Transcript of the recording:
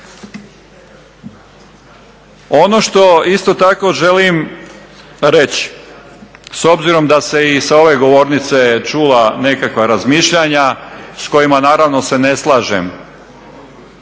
Ono što isto tako želim reći s obzirom da su se i s ove govornice čula nekakva razmišljanja s kojima naravno se ne slažem,